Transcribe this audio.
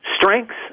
strengths